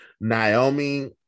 naomi